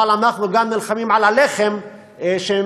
אבל אנחנו גם נלחמים על הלחם שממנו,